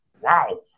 wow